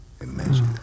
Imagine